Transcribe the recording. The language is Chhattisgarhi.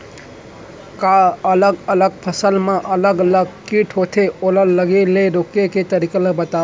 का अलग अलग फसल मा अलग अलग किट होथे, ओला लगे ले रोके के तरीका ला बतावव?